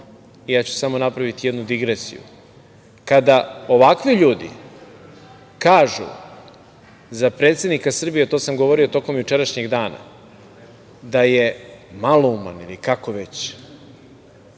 Samo ću napraviti jednu digresiju. Kada ovakvi ljudi kažu za predsednika Srbija, to sam govorio tokom jučerašnjeg dana, da je malouman ili kako već,